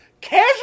casual